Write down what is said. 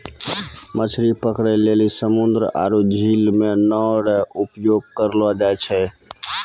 मछली पकड़ै लेली समुन्द्र आरु झील मे नांव रो उपयोग करलो जाय छै